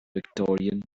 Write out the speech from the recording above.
victorian